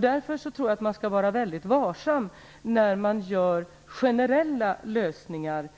Därför tror jag att man skall vara väldigt varsam med generella lösningar